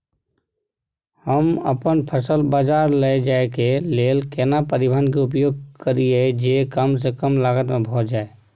हम अपन फसल बाजार लैय जाय के लेल केना परिवहन के उपयोग करिये जे कम स कम लागत में भ जाय?